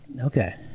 Okay